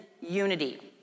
unity